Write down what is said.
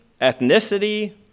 ethnicity